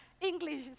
English